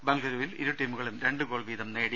ബെംഗളുരുവിൽ ഇരു ടീമുകളും രണ്ട് ഗോൾവീതം നേടി